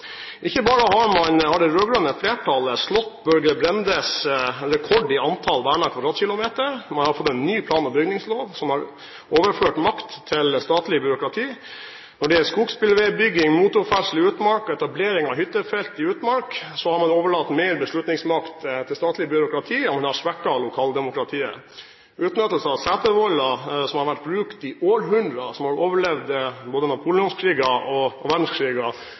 Ikke bare har det rød-grønne flertallet slått Børge Brendes rekord i antall vernede kvadratkilometer, man har også fått en ny plan- og bygningslov som har overført makt til statlig byråkrati. Når det gjelder skogsbilvegbygging, motorferdsel i utmark og etablering av hyttefelt i utmark, har man overlatt mer beslutningsmakt til statlig byråkrati, og man har svekket lokaldemokratiet. Setervoller som har vært brukt i århundrer – og som har overlevd både napoleonskriger og